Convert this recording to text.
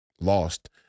lost